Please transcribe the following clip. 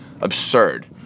absurd